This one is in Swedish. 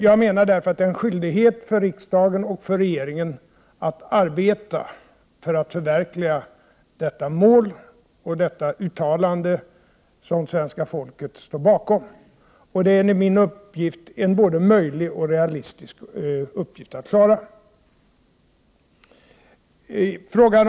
Jag menar därför att det är en skyldighet för riksdagen och för regeringen att arbeta för att förverkliga detta mål och detta uttalande, som svenska folket står bakom. Det är enligt min uppfattning både möjligt och realistiskt att klara den uppgiften.